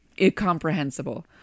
incomprehensible